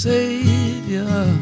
Savior